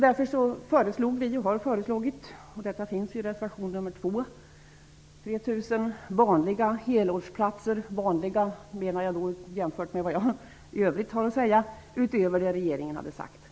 Därför har vi föreslagit, och detta tas upp i reservation nr 2, att det behövs 3 000 vanliga helårsplatser -- när jag säger ''vanliga'' skall man jämföra med vad jag i övrigt har att säga -- utöver vad regeringen har talat om.